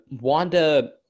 Wanda